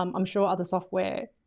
um i'm sure other software,